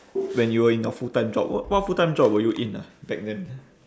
when you were in your full time job what what full time job time were you in ah back then